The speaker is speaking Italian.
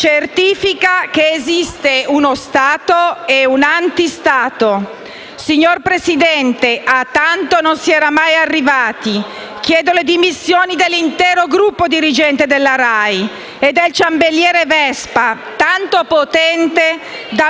certifica che esiste uno Stato e un anti-Stato. Signor Presidente, a tanto non si era mai arrivati. Chiedo le dimissioni dell'intero gruppo dirigente della RAI e del ciambelliere Vespa *(Commenti dal